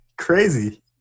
Crazy